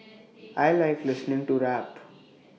I Like listening to rap